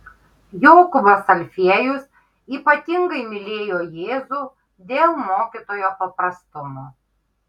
jokūbas alfiejus ypatingai mylėjo jėzų dėl mokytojo paprastumo